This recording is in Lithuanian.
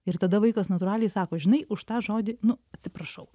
ir tada vaikas natūraliai sako žinai už tą žodį nu atsiprašau